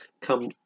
come